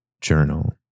journal